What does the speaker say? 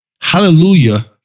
hallelujah